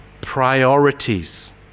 priorities